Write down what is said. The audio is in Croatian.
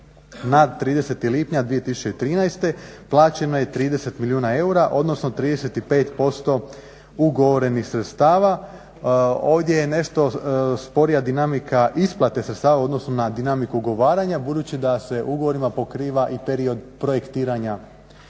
Na 30. lipnja 2013. plaćeno je 30 milijuna eura, odnosno 35% ugovorenih sredstava. Ovdje je nešto sporija dinamika isplate sredstava u odnosu na dinamiku ugovaranja, budući da se ugovorima pokriva i period projektiranja